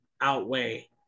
outweigh